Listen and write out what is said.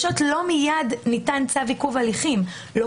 בקשה לעיכוב הליכים לשם גיבוש הסדר חוב - נגיף הקורונה החדש),